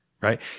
right